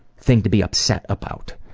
thing to be upset about.